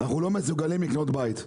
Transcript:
אנחנו לא מסוגלים לקנות בית.